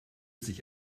sich